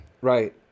Right